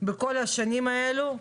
בכל השנים האלו.